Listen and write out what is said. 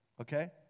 okay